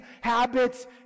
habits